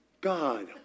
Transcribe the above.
God